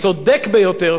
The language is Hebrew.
צודק ביותר,